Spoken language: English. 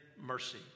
mercy